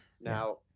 Now